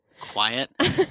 quiet